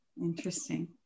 Interesting